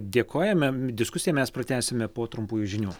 dėkojame diskusiją mes pratęsime po trumpųjų žinių